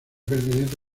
pertenece